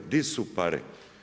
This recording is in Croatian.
Gdje su pare?